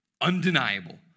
undeniable